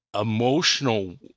emotional